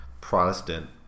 Protestant